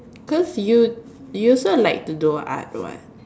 cause you you also like to do art [what]